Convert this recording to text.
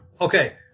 Okay